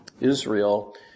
Israel